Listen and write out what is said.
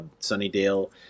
Sunnydale